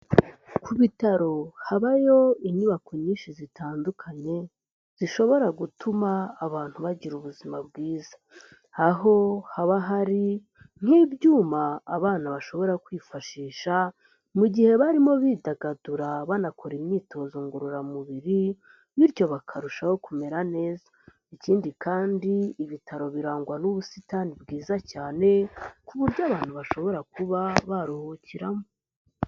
Ku bitaro habayo inyubako nyinshi zitandukanye, zishobora gutuma abantu bagira ubuzima bwiza, aho haba hari nk'ibyuma abana bashobora kwifashisha mu gihe barimo bidagadura banakora imyitozo ngororamubiri, bityo bakarushaho kumera neza, ikindi kandi ibitaro birangwa n'ubusitani bwiza cyane ku buryo abantu bashobora kuba baruhukiramo.